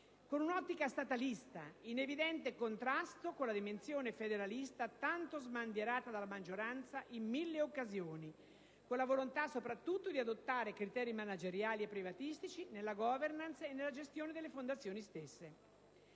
con un'ottica statalista, in evidente contrasto con la dimensione federalista tanto sbandierata dalla maggioranza in mille occasioni, con la volontà soprattutto di adottare criteri manageriali e privatistici nella *governance* e nella gestione delle fondazioni stesse.